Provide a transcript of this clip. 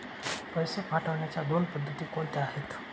पैसे पाठवण्याच्या दोन पद्धती कोणत्या आहेत?